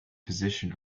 position